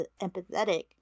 empathetic